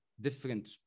different